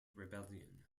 rebellion